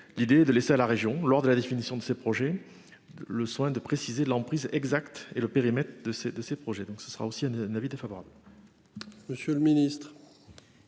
L'idée de laisser à la région lors de la définition de ces projets. Le soin de préciser l'emprise exactes et le périmètre de ces de ces projets. Donc ce sera aussi à l'avis défavorable. Monsieur le Ministre.